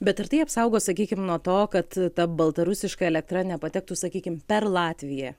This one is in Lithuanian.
bet ar tai apsaugo sakykim nuo to kad ta baltarusiška elektra nepatektų sakykim per latviją